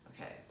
Okay